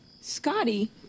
Scotty